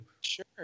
Sure